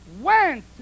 went